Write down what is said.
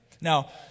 Now